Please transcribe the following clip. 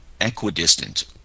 equidistant